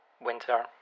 winter